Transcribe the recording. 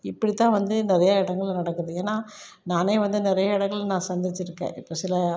இப்டித்தான் வந்து இந்த நிறைய இடங்கள்ல நடக்குது ஏன்னா நானே வந்து நிறைய இடங்கள்ல நான் சந்தித்திருக்கேன் இப்போ சில